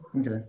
okay